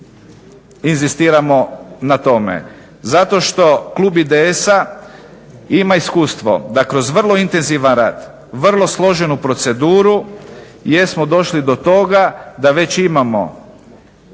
inzistiramo na tome? Zato što klub IDS-a ima iskustvo da kroz vrlo intenzivan rad, vrlo složenu proceduru jesmo došli do toga da već imamo